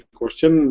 question